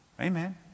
Amen